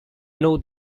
know